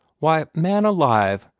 why, man alive,